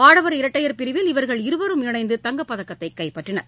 ஆடவர் இரட்டையர் பிரிவில் இவர்கள் இருவரும் இணைந்து தங்கப் பதக்கத்தை கைப்பற்றினர்